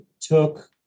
took